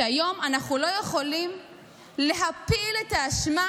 והיום אנחנו לא יכולים להפיל את האשמה